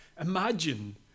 Imagine